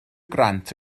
grant